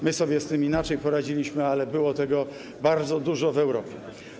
My sobie z tym inaczej poradziliśmy, ale tego było bardzo dużo w Europie.